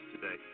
today